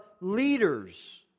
leaders